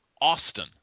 Austin